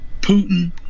Putin